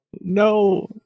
No